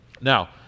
Now